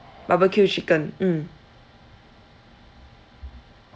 barbecue chicken mm